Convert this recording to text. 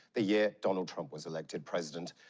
the year donald trump was elected president.